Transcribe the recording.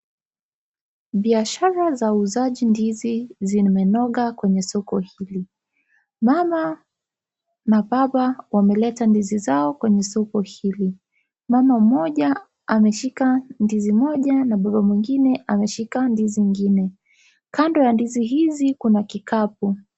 Biashara za uuzaji ndizi zimenoga kwenye soko hili. Mama na baba wameleta ndizi zao kwenye soko hili. Mama mmoja ameshika ndizi moja na baba mwingine ameshika ndizi nyingine. Kando ya ndizi hizi kuna kikapu.